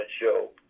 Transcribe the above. show